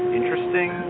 interesting